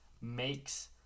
makes